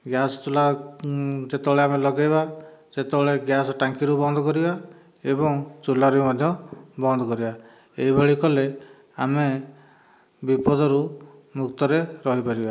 gas ଚୁଲା ଯେତେବେଳେ ଆମେ ଲେଗେଇବା ସେତେବେଳେ ଗ୍ୟାସ୍ ଟାଙ୍କିରୁ ବନ୍ଦ କରିବା ଏବଂ ଚୁଲାରୁ ମଧ୍ୟ ବନ୍ଦ କରିବା ଏହିଭଳି କଲେ ଆମେ ବିପଦରୁ ମୁକ୍ତରେ ରହିପାରିବା